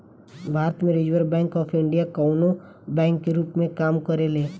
भारत में reserve bank of India कवनो bank के रूप में काम करेले